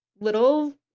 little